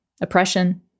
oppression